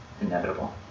Inevitable